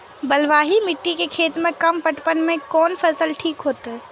बलवाही मिट्टी के खेत में कम पटवन में कोन फसल ठीक होते?